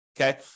Okay